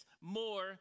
more